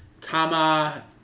tama